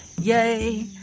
Yay